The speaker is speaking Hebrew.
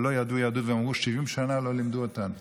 אבל לא ידעו יהדות, ואמרו: 70 שנה לא לימדו אותנו